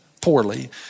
poorly